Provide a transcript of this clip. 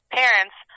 parents